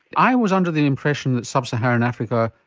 i was under the impression that sub-saharan africa,